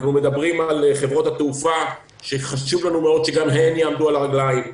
אנחנו מדברים על חברות התעופה שחשוב לנו מאוד שגם הן יעמדו על הרגליים,